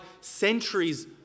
centuries